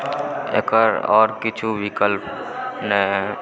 एकर आओर किछु विकल्प नहि